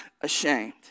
ashamed